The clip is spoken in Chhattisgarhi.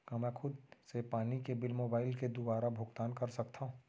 का मैं खुद से पानी के बिल मोबाईल के दुवारा भुगतान कर सकथव?